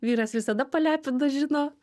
vyras visada palepina žino